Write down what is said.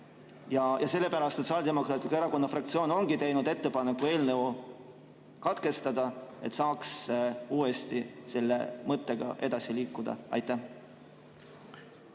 Sellepärast Sotsiaaldemokraatliku Erakonna fraktsioon ongi teinud ettepaneku eelnõu katkestada, et saaks uuesti selle mõttega edasi liikuda. Mihhail